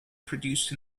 produced